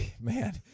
Man